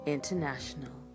International